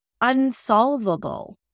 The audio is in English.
unsolvable